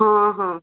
ହଁ ହଁ